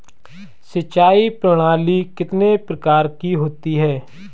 सिंचाई प्रणाली कितने प्रकार की होती है?